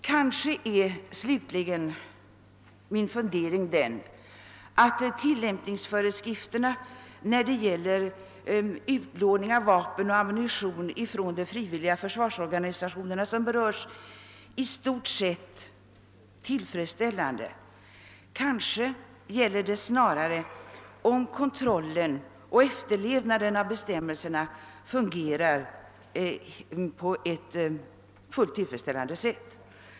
Kanske är tillämpningsföreskrifterna för utlåning av vapen och ammunition från de frivilliga försvarsorganisationerna som berörs i stort sett tillfredsställande; kanske gäller det här snarare huruvida kontrollen och efterlevnaden av bestämmelserna fungerar på ett fullt tillfredsställande sätt.